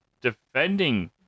defending